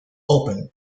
open